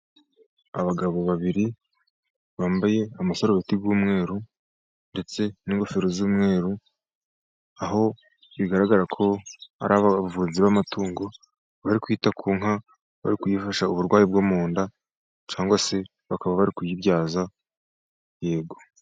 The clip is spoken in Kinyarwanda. Abagabo babiri bambaye amasarubeti y'umweru ndetse n'ingofero z'umweru aho bigaragara ko ari abavuzi b'amatungo bari kwita ku nka bari kuyifasha uburwayi bwo mu nda cyangwa se bakaba bari kuyibyaza yego.